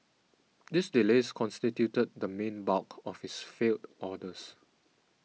these delays constituted the main bulk of its failed orders